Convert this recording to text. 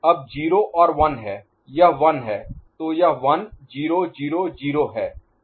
अब 0 और 1 है यह 1 है तो यह 1 0 0 0 है